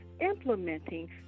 implementing